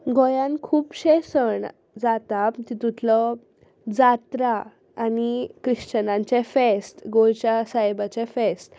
गोंयांत खुबशे सण जातात तितुंतलो जात्रा आनी क्रिश्चनांंचें फेस्त गोंयच्या सायबाचें फेस्त